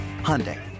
Hyundai